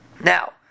Now